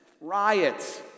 riots